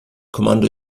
kommando